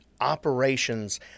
operations